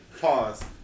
Pause